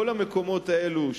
כל המקומות האלו,